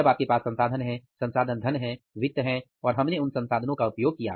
जब आपके पास संसाधन है संसाधन धन है वित्त हैं और हमने उस संसाधन का उपयोग किया